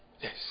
Yes